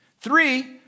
Three